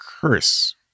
curse